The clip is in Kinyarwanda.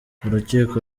urukiko